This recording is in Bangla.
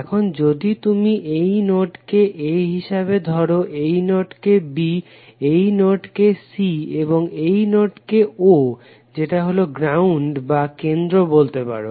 এখন যদি তুমি এই নোডকে a হিসাবে ধরো এই নোডকে b এই নোডকে c এবং এই নোডকে o যেটা হলো গ্রাউন্ড বা কেন্দ্র বলতে পারো